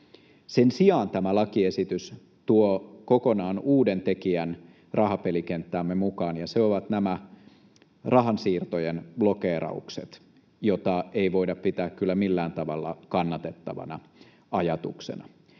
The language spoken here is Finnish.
Sen sijaan tämä lakiesitys tuo kokonaan uuden tekijän rahapelikenttäämme mukaan, ja se on nämä rahansiirtojen blokeeraukset, joita ei voida pitää kyllä millään tavalla kannatettavana ajatuksena.